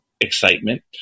excitement